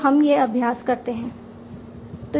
तो हम यह अभ्यास करते हैं